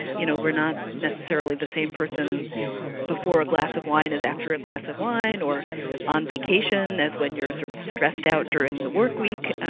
you know, we're not necessarily the same person before a glass of wine as after a glass of wine, or on vacation as when you're sort of stressed out during the work week.